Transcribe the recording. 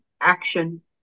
action